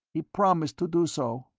he promised to do so.